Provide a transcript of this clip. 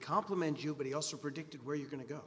compliment you but he also predicted where you're going to go